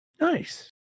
Nice